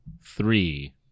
three